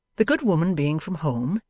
the good woman being from home,